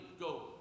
go